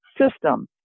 system